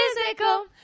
physical